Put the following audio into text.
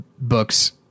books